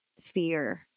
fear